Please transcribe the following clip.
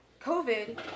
COVID